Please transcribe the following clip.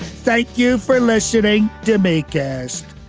thank you for listening. debate guest